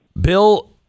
bill